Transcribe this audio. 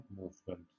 movement